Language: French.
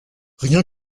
rien